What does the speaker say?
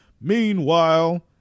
Meanwhile